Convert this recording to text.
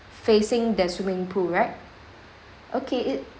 facing the swimming pool right okay it